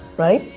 right?